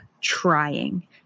trying